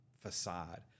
facade